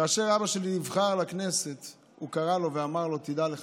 כאשר אבא שלי נבחר לכנסת הוא קרא לו ואמר לו: תדע לך,